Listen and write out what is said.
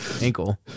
ankle